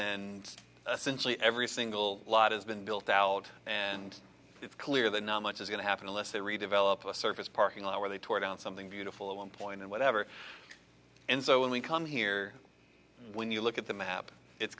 century every single lot has been built out and it's clear that not much is going to happen unless they redevelop a surface parking lot where they tore down something beautiful at one point and whatever and so when we come here when you look at the map it's